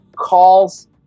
calls